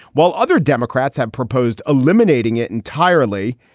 while other democrats have proposed eliminating it entirely.